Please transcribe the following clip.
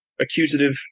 accusative